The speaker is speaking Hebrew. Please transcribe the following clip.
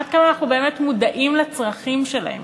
עד כמה אנחנו באמת מודעים לצרכים שלהם?